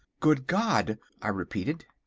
good god! i repeated.